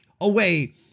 away